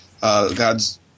God's